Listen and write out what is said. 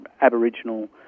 Aboriginal